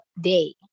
day